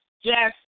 yes